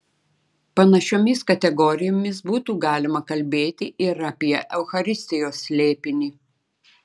panašiomis kategorijomis būtų galima kalbėti ir apie eucharistijos slėpinį